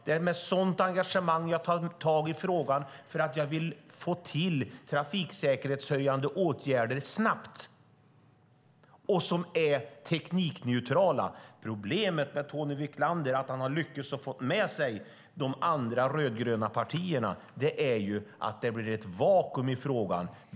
Det är med sådant engagemang jag tar tag i frågan därför att jag vill ha trafiksäkerhetshöjande åtgärder snabbt som är teknikneutrala. Problemet med att Tony Wiklander har lyckats få med sig de rödgröna partierna är att det blir ett vakuum i frågan.